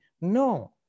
No